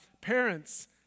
Parents